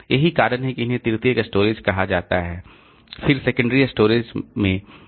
यही कारण है कि उन्हें तृतीयक स्टोरेज कहा जाता है फिर सेकेंडरी स्टोरेज स्टोरेज में